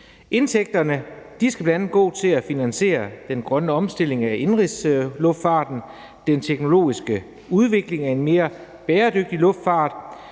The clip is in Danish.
Indtægterne skal bl.a. gå til at finansiere den grønne omstilling af indenrigsluftfarten og den teknologiske udvikling af en mere bæredygtig luftfart,